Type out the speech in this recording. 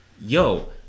yo